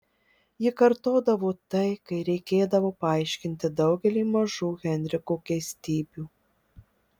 ji kartodavo tai kai reikėdavo paaiškinti daugelį mažų henriko keistybių